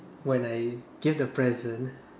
when I gave the present